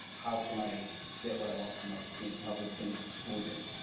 how can i get what i want for my students to help them finish the school year?